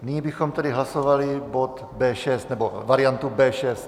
Nyní bychom tedy hlasovali bod B6 nebo variantu B6.